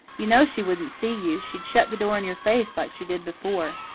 you know she wouldn't see you she'd shut the door in your face like she did before.